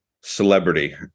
celebrity